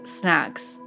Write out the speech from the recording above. snacks